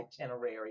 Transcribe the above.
itinerary